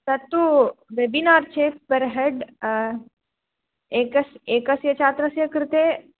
तत्तु वेबिनार् चेत् per head एकस्य छात्रस्य कृते